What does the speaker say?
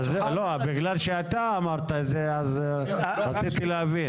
בגלל שאתה אמרת את זה, אז רציתי להבין.